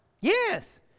Yes